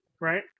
right